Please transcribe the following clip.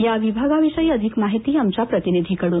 या विभागा अधिक माहिती आमच्या प्रतिनिधिकडून